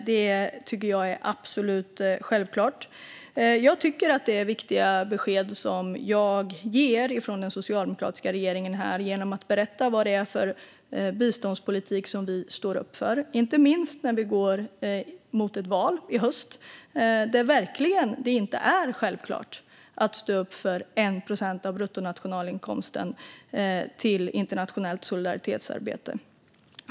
Jag tycker att jag ger viktiga besked från den socialdemokratiska regeringen genom att berätta vilken biståndspolitik vi står upp för, inte minst när vi går mot ett val i höst. Det är verkligen inte självklart att stå upp för 1 procent av bruttonationalinkomsten till internationellt solidaritetsarbete.